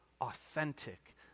authentic